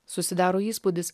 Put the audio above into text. susidaro įspūdis